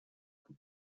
can